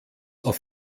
auf